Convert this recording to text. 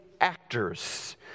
actors